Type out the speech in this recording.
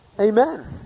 Amen